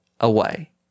away